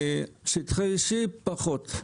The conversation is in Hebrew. לשטחי C פחות.